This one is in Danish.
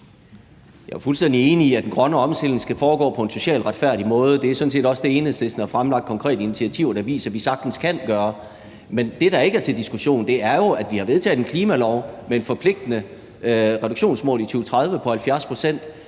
Jeg er fuldstændig enig i, at den grønne omstilling skal foregå på en socialt retfærdig måde. Det er sådan set også der, Enhedslisten har fremlagt konkrete initiativer, der viser, vi sagtens kan gøre det. Men det, der ikke er til diskussion, er jo, at vi har vedtaget en klimalov med et forpligtende reduktionsmål i 2030 på 70 pct.,